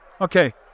Okay